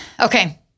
okay